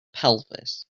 pelvis